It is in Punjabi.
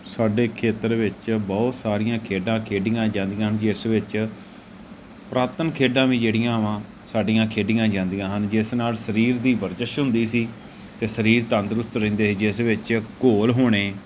ਸਾਡੇ ਖੇਤਰ ਵਿੱਚ ਬਹੁਤ ਸਾਰੀਆਂ ਖੇਡਾਂ ਖੇਡੀਆਂ ਜਾਂਦੀਆਂ ਹਨ ਜਿਸ ਵਿੱਚ ਪੁਰਾਤਨ ਖੇਡਾਂ ਵੀ ਜਿਹੜੀਆਂ ਵਾ ਸਾਡੀਆਂ ਖੇਡੀਆਂ ਜਾਂਦੀਆਂ ਹਨ ਜਿਸ ਨਾਲ ਸਰੀਰ ਦੀ ਵਰਜਿਸ਼ ਹੁੰਦੀ ਸੀ ਅਤੇ ਸਰੀਰ ਤੰਦਰੁਸਤ ਰਹਿੰਦੇ ਜਿਸ ਵਿੱਚ ਘੋਲ ਹੋਣੇ